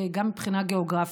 גם מבחינה גאוגרפית.